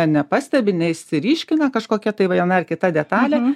nepastebi neišsiryškina kažkokia tai viena kita detalė